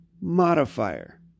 modifier